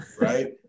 Right